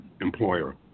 employer